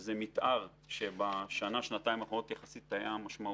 יש איזה מתאר שבשנה-שנתיים האחרונות היה יחסית משמעותי.